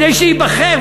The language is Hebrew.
כדי שייבחר,